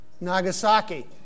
Nagasaki